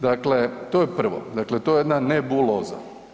Dakle, to je prvo, dakle to je jedna nebuloza.